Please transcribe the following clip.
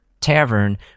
tavern